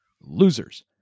Losers